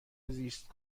زیست